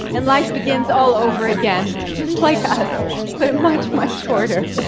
and life begins all over again just like us but much, much shorter.